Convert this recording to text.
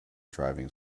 driving